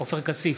עופר כסיף,